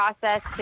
process